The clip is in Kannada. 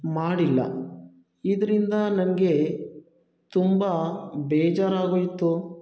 ಮಾಡಿಲ್ಲ ಇದರಿಂದ ನನಗೆ ತುಂಬ ಬೇಜಾರಾಗೋಯಿತು